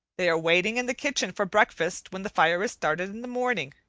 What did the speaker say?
they are waiting in the kitchen for breakfast when the fire is started in the morning.